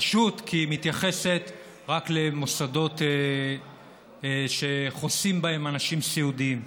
פשוט כי היא מתייחסת רק למוסדות שחוסים בהם אנשים סיעודיים.